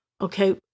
Okay